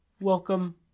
Welcome